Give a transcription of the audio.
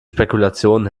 spekulationen